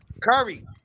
Curry